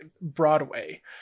Broadway